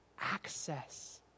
access